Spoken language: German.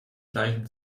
gleichem